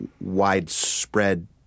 widespread